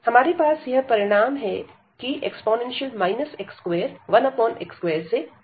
हमारे पास यह परिणाम है e x21x2